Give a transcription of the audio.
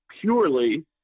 purely